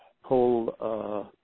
whole